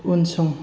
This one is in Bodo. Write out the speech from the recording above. उनसं